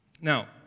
Now